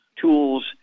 tools